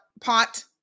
pot